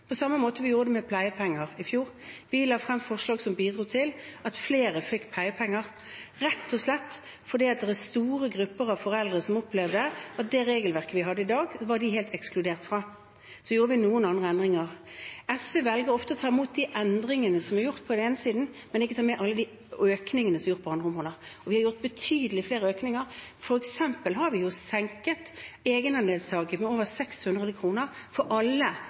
Vi gjorde det på samme måte med pleiepenger i fjor. Vi la frem forslag som bidro til at flere fikk pleiepenger, rett og slett fordi det var store grupper av foreldre som opplevde at det regelverket vi hadde da, var de helt ekskludert fra. Så gjorde vi noen andre endringer. SV velger ofte å ta imot de endringene som er gjort på den ene siden, men ikke ta med alle de økningene som er gjort på andre områder, og vi har gjort betydelig flere økninger. Vi har f.eks. senket egenandelstaket med over 600 kr for alle